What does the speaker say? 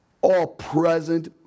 all-present